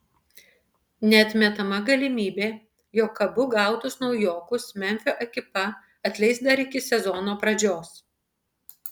neatmetama galimybė jog abu gautus naujokus memfio ekipa atleis dar iki sezono pradžios